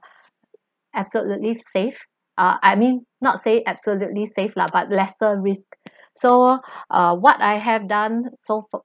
absolutely safe err I mean not say absolutely safe lah but lesser risk so uh what I have done so fa~